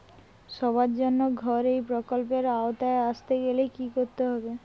সবার জন্য ঘর এই প্রকল্পের আওতায় আসতে গেলে কি করতে হবে?